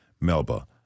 Melba